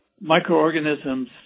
Microorganisms